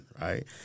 right